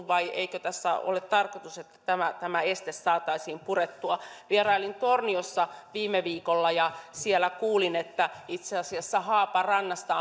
vai eikö tässä ole tarkoitus että tämä tämä este saataisiin purettua vierailin torniossa viime viikolla ja siellä kuulin että itse asiassa haaparannasta